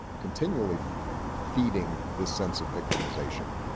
continually feeding this sense of victimization,